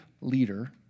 leader